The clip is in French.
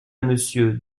monsieur